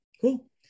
Cool